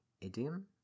idiom